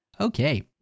Okay